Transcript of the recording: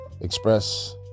Express